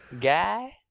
Guy